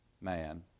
man